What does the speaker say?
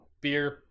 beer